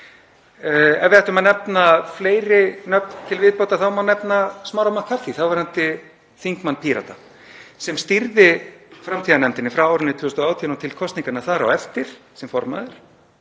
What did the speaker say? Ef við ættum að nefna fleiri nöfn til viðbótar þá má nefna Smára McCarthy, þáverandi þingmann Pírata, sem stýrði framtíðarnefndinni frá árinu 2018 og til kosninganna þar á eftir sem formaður